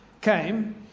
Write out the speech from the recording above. came